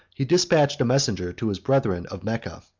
he despatched a messenger to his brethren of mecca,